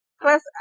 Plus